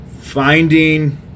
finding